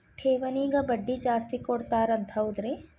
ಠೇವಣಿಗ ಬಡ್ಡಿ ಜಾಸ್ತಿ ಕೊಡ್ತಾರಂತ ಹೌದ್ರಿ?